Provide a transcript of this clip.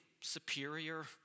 superior